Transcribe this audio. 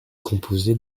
composée